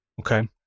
Okay